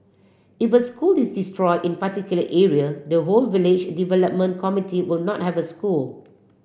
if a school is destroy in particular area the whole village development committee will not have a school